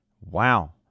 wow